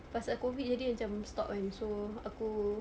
pasal COVID jadi macam stop kan so aku